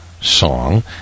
song